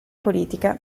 politica